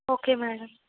okay madam